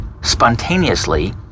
spontaneously